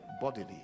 bodily